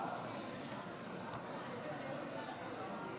הינה תוצאות ההצבעה: